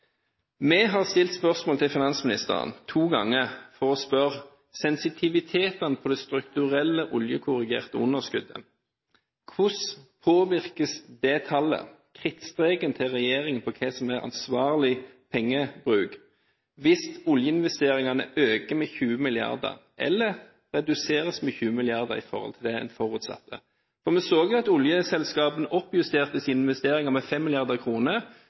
Vi har stilt spørsmål til finansministeren to ganger for å spørre om sensitivitetene på det strukturelle oljekorrigerte oljeunderskuddet – hvordan påvirkes det tallet, krittstreken til regjeringen på hva som er ansvarlig pengebruk, hvis oljeinvesteringene øker med 20 mrd. kr eller reduseres med 20 mrd. kr i forhold til det en har forutsatt? Vi så at oljeselskapene oppjusterte sine investeringer med